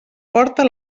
porta